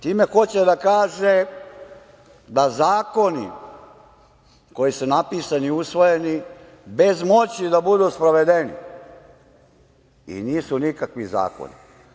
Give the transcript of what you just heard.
Time hoće da kaže da zakoni koji su napisani i usvojeni, bez moći da budu sprovedeni, nisu nikakvi zakoni.